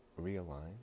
realign